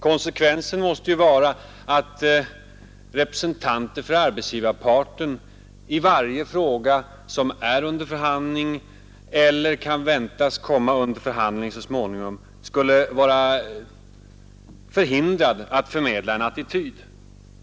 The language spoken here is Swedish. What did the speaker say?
Konsekvensen måste ju vara att representanter för arbetsgivarparten, i varje fråga som är under förhandling eller som så småningom kan väntas komma under förhandling, skulle vara förhindrad att förmedla en attityd.